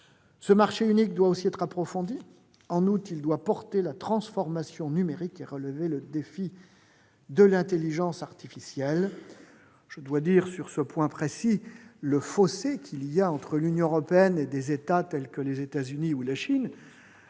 Ce marché unique doit en outre être approfondi. Il doit aussi soutenir la transformation numérique et relever le défi de l'intelligence artificielle. Je dois souligner, sur ce dernier point, le fossé existant entre l'Union européenne et des pays tels que les États-Unis ou la Chine